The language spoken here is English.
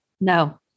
No